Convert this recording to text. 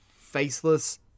faceless